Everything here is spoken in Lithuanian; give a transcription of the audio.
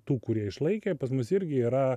tų kurie išlaikė pas mus irgi yra